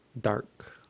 dark